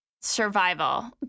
Survival